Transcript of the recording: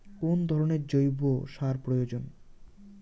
কোন ধরণের জৈব সার প্রয়োজন?